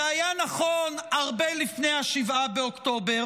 זה היה נכון הרבה לפני 7 באוקטובר,